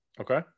Okay